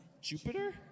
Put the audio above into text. Jupiter